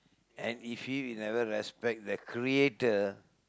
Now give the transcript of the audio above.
and if you you never respect the creator